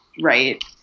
Right